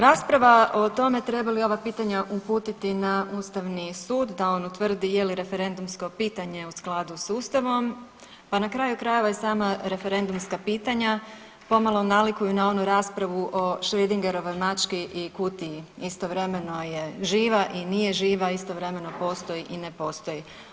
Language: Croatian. Rasprava o tome treba li ova pitanja uputiti na ustavni sud da on utvrdi je li referendumsko pitanje u skladu s ustavom, pa na kraju krajeva i sama referendumska pitanja pomalo nalikuju na onu raspravu o Šredingerovoj mački i kutiji, istovremeno je živa i nije živa, istovremeno postoji i ne postoji.